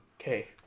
Okay